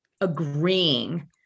agreeing